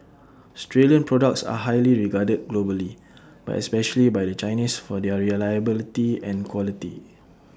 Australian products are highly regarded globally but especially by the Chinese for their reliability and quality